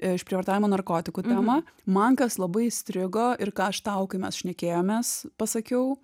išprievartavimo narkotikų temą man kas labai įstrigo ir ką aš tau kai mes šnekėjomės pasakiau